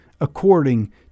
according